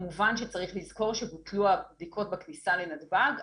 כמובן שצריך לזכור שבוטלו הבדיקות בכניסה לנתב"ג.